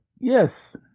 yes